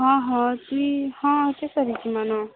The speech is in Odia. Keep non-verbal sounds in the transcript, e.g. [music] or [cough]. ହଁ ହଁ ତୁହିଁ ହଁ [unintelligible] ଯିମାନ୍